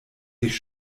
sich